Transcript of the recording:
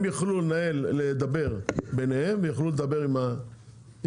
הם יוכלו לדבר ביניהם ויוכלו לדבר עם האינטגרציות.